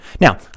Now